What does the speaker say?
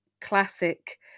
classic